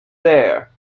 there